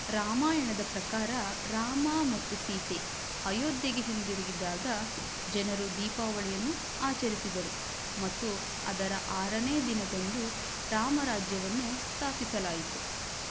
ರಾಮಾಯಣದ ಪ್ರಕಾರ ರಾಮ ಮತ್ತು ಸೀತೆ ಅಯೋಧ್ಯೆಗೆ ಹಿಂದಿರುಗಿದಾಗ ಜನರು ದೀಪಾವಳಿಯನ್ನು ಆಚರಿಸಿದರು ಮತ್ತು ಅದರ ಆರನೇ ದಿನದಂದು ರಾಮರಾಜ್ಯವನ್ನು ಸ್ಥಾಪಿಸಲಾಯಿತು